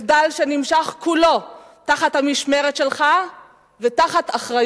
מחדל שנמשך כולו במשמרת שלך ובאחריותך.